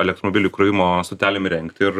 elektromobilių įkrovimo stotelėm įrengti ir